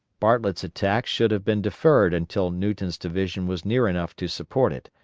bartlett's attack should have been deferred until newton's division was near enough to support it.